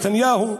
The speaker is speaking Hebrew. נתניהו,